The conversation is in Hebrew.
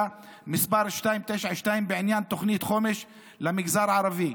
מס' 292 בעניין תוכנית חומש למגזר הערבי,